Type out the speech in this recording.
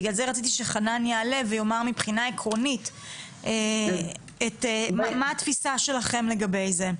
בגלל זה רציתי שחנן יעלה ויאמר מבחינה עקרונית מה התפיסה שלכם לגבי זה.